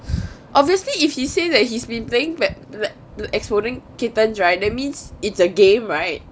obviously if he say that he's been that that the exploding kittens right that means it's a game right